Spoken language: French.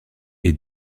est